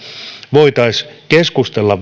voitaisiin keskustella